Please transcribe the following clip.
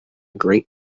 great